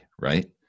Right